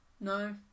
No